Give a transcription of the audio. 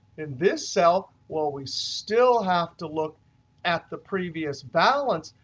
in this cell, well, we still have to look at the previous balance.